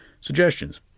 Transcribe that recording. suggestions